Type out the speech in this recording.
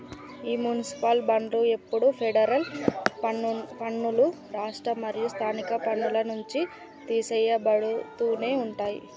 ఈ మునిసిపాల్ బాండ్లు ఎప్పుడు ఫెడరల్ పన్నులు, రాష్ట్ర మరియు స్థానిక పన్నుల నుంచి తీసెయ్యబడుతునే ఉంటాయి